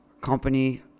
company